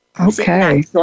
Okay